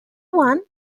wan